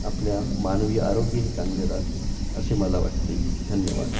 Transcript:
आपल्या मानवी आरोग्यही चांगले राहते असे मला वाटते धन्यवाद